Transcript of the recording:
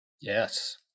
Yes